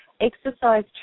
Exercise